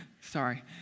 Sorry